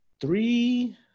three